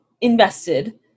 invested